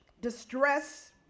distress